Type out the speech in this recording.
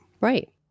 Right